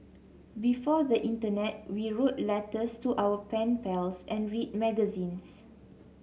before the internet we wrote letters to our pen pals and read magazines